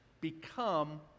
become